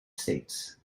states